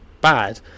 bad